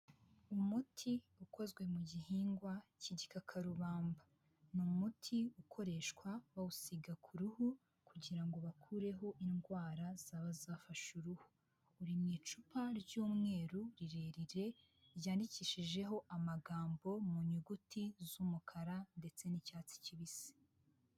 Umuti ukozwe mu gihingwa cy'igikakarubamba, ni umuti ukoreshwa bawusiga ku ruhu kugira ngo bakureho indwara zaba zafashe uruhu, uri mu icupa ry'umweru rirerire ryandikishijeho amagambo mu nyuguti z'umukara ndetse n'icyatsi kibisi.